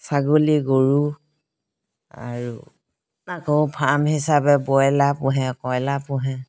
ছাগলী গৰু আৰু আকৌ ফাৰ্ম হিচাপে বইলা পোহে কয়লা পোহে